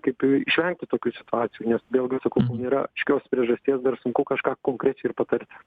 kaip išvengti tokių situacijų nes vėlgi sakau nėra aiškios priežasties dar sunku kažką konkrečiai ir patarti